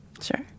Sure